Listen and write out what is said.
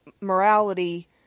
morality